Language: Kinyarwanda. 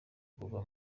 kuva